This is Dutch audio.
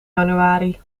januari